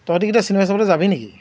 তহঁতিকেইইটা cinema চাবলৈ যি নেকি